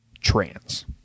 Trans